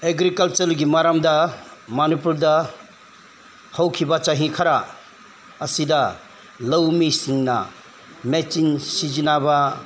ꯑꯦꯒ꯭ꯔꯤꯀꯜꯆꯔꯒꯤ ꯃꯔꯝꯗ ꯃꯅꯤꯄꯨꯔꯗ ꯍꯧꯈꯤꯕ ꯆꯍꯤ ꯈꯔ ꯑꯁꯤꯗ ꯂꯧꯃꯤꯁꯤꯡꯅ ꯃꯦꯆꯤꯟ ꯁꯤꯖꯟꯅꯕ